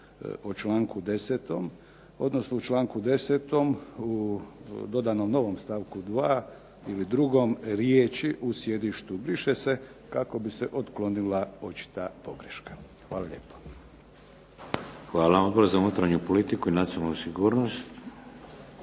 Hvala. Odbor za unutarnju politiku i nacionalnu sigurnost,